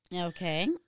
Okay